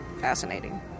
fascinating